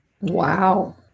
Wow